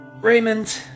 Raymond